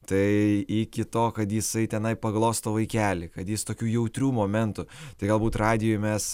tai iki to kad jisai tenai paglosto vaikelį kad jis tokių jautrių momentų tai galbūt radijuj mes